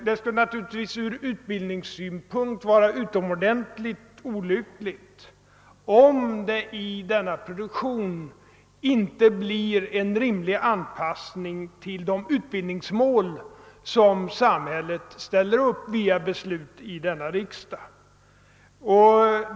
Det skulle naturligtvis ur utbildningssynpunkt vara utomordentligt olyckligt, om det i läromedelsproduktionen inte blir en rimlig anpassning till de utbildningsmål som samhället ställer upp via beslut i riksdagen.